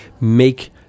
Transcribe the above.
make